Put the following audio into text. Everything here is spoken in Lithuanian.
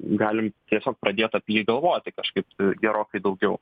galim tiesiog pradėt apie jį galvoti kažkaip gerokai daugiau